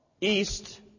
east